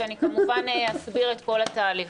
ואני כמובן אסביר את כל התהליך.